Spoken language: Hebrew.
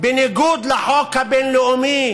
בניגוד לחוק הבין-לאומי,